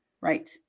Right